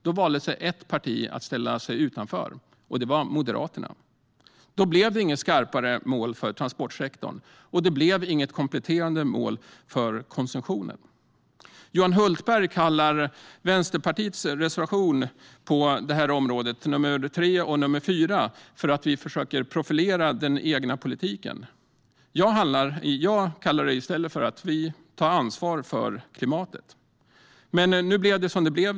Då valde dock ett parti att ställa sig utanför: Moderaterna. Därför blev det inget skarpare mål för transportsektorn, och det blev inget kompletterande mål för konsumtionen. Johan Hultberg menar att Vänsterpartiets reservationer på området, nr 3 och nr 4, är ett försök att profilera den egna politiken. Jag menar däremot att vi tar ansvar för klimatet. Nu blev det dock som det blev.